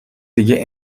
دیگه